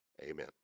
Amen